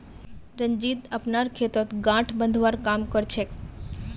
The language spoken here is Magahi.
रंजीत अपनार खेतत गांठ बांधवार काम कर छेक